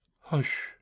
hush